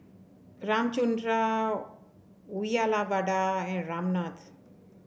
Ramchundra Uyyalawada and Ramnath